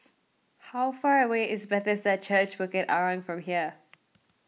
how far away is Bethesda Church Bukit Arang from here